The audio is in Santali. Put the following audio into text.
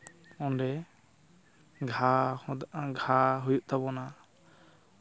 ᱚᱸᱰᱮ ᱜᱷᱟ ᱜᱷᱟ ᱦᱩᱭᱩᱜ ᱛᱟᱵᱚᱱᱟ